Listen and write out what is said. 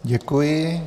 Děkuji.